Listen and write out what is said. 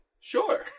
Sure